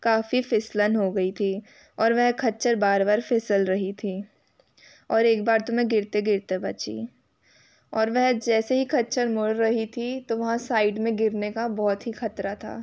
काफ़ी फिसलन हो गई थी और वह खच्चर बार बार फिसल रही थी और एक बार तो मैं गिरते गिरते बची और वह जैसे ही खच्चर मुड़ रही थी तो वहाँ साइड में गिरने का बहुत ही खतरा था